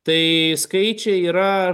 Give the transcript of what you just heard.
tai skaičiai yra